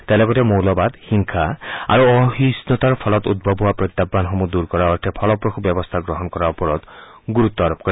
তেওঁ লগতে মৌলবাদ হিংসা আৰু অসহিষ্ণতাৰ ফলত উদ্ভৱ হোৱা প্ৰত্যাহানসমূহ দূৰ কৰাৰ অৰ্থে ফলপ্ৰসূ ব্যৱস্থা গ্ৰহণ কৰাৰ ওপৰত গুৰুত্ব আৰোপ কৰে